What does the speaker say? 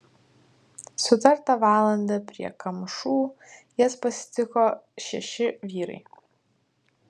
sutartą valandą prie kamšų jas pasitiko šeši vyrai